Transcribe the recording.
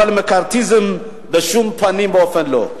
אבל מקארתיזם בשום פנים ואופן לא.